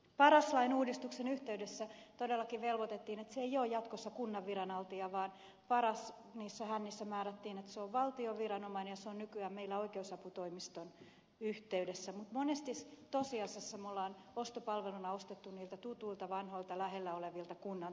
paras lain uudistuksen yhteydessä todellakin velvoitettiin että se ei ole jatkossa kunnan viranhaltija vaan niissä hännissä määrättiin että se on valtion viranomainen ja se on nykyään meillä oikeusaputoimiston yhteydessä mutta monesti tosiasiassa me olemme ostopalveluna ostaneet niiltä tutuilta vanhoilta lähellä olevilta kunnan työntekijöiltä